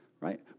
right